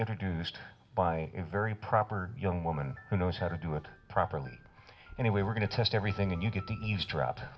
introduced by a very proper young woman who knows how to do it properly anyway we're going to test everything and you can eavesdrop